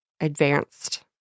advanced